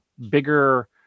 bigger